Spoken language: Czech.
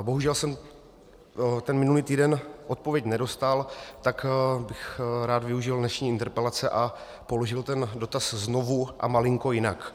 Bohužel jsem minulý týden odpověď nedostal, tak bych rád využil dnešní interpelace a položil dotaz znovu a malinko jinak.